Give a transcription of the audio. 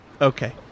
okay